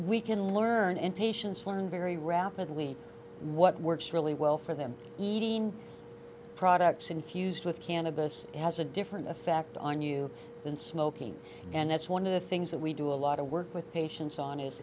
we can learn and patients learn very rapidly what works really well for them eating products infused with cannabis has a different effect on you than smoking and that's one of the things that we do a lot of work with patients on is